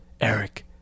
Eric